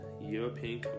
European